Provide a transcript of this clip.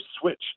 switch